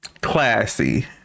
classy